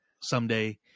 someday